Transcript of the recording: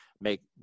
make